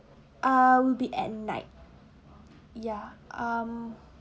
um be at night yeah um